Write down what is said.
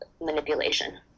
manipulation